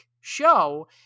show